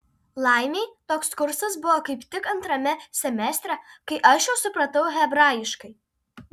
laimei toks kursas buvo kaip tik antrame semestre kai aš jau supratau hebrajiškai